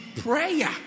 prayer